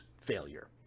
failure